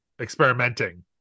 Experimenting